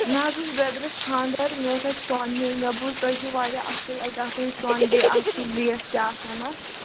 مےٚ حظ اوس برٛدرَس خاندَر مےٚ اوس اَتہِ سۄن نیُٚن مےٚ بوٗز تُہۍ چھُ واریاہ اَصٕل آسَان اَتہِ سۄن بیٚیہِ اَصٕل ریٹ تہِ آسَان اَتھ